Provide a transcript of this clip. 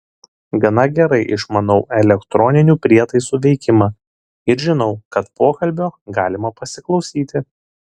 gana gerai išmanau elektroninių prietaisų veikimą ir žinau kad pokalbio galima pasiklausyti